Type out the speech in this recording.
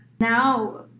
now